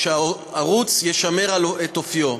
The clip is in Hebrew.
שהערוץ ישמר את אופיו,